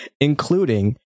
including